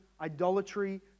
idolatry